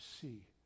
see